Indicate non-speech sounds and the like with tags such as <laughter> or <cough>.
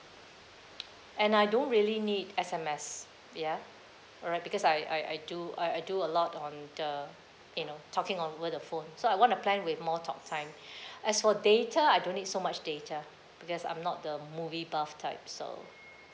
and I don't really need S_M_S ya alright because I I I do I I do a lot on the you know talking over the phone so I want a plan with more talk time <breath> as for data I don't need so much data because I'm not the movie buff type so